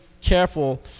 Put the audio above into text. careful